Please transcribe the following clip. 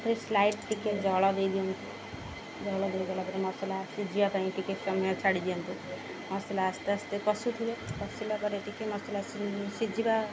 ଏରେ ସ୍ଲାଇଟ୍ ଟିକେ ଜଳ ଦେଇ ଦିଅନ୍ତୁ ଜଳ ଦେଇଗଲା ପରେ ମସଲା ସିଝିବା ପାଇଁ ଟିକେ ସମୟ ଛାଡ଼ି ଦିଅନ୍ତୁ ମସଲା ଆସ୍ତେ ଆସ୍ତେ କଷୁଥିଲେ କଷିଲା ପରେ ଟିକେ ମସଲା ସିଝିବା